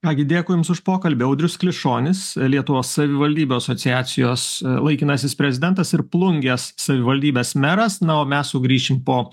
ką gi dėkui jums už pokalbį audrius klišonis lietuvos savivaldybių asociacijos laikinasis prezidentas ir plungės savivaldybės meras na o mes sugrįšim po